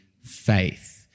faith